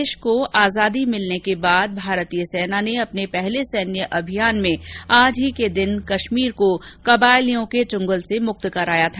देश को आजादी भिलने के बाद भारतीय सेना ने अपने पहले सैन्य अभियान में आज ही के दिन कश्मीर को कबायलियों के चंगुल से मुक्त कराया था